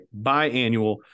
biannual